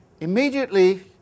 Immediately